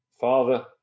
Father